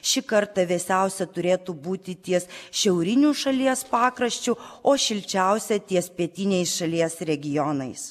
šį kartą vėsiausia turėtų būti ties šiauriniu šalies pakraščiu o šilčiausia ties pietiniais šalies regionais